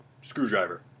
screwdriver